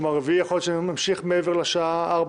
כלומר ביום רביעי יכול להיות שאנחנו נמשיך מעבר לשעה 16,